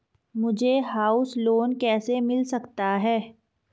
मुझे house loan कैसे मिल सकता है?